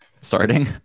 Starting